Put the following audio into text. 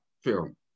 film